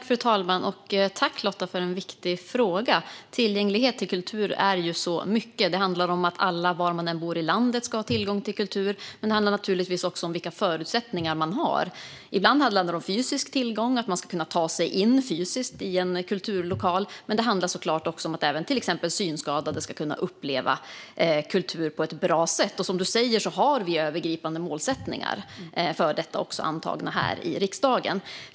Fru talman! Jag tackar Lotta Finstorp för en viktig fråga. Tillgänglighet till kultur är ju så mycket. Det handlar om att alla ska ha tillgång till kultur var man än bor i landet. Men det handlar naturligtvis också om vilka förutsättningar man har. Ibland handlar det om fysisk tillgång, om att man ska kunna ta sig in fysiskt i en kulturlokal. Men det handlar såklart också om att även till exempel synskadade ska kunna uppleva kultur på ett bra sätt. Som Lotta Finstorp säger har vi övergripande målsättningar för detta, antagna här i riksdagen.